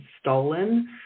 stolen